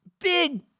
big